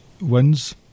wins